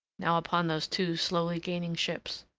now upon those two slowly gaining ships.